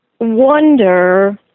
wonder